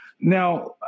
Now